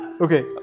Okay